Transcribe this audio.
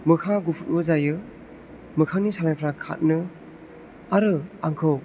मोखाङा गुफुरबो जायो मोखांनि सालमायफ्रा खारो आरो आंखौ